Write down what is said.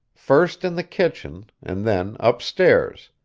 first in the kitchen and then upstairs,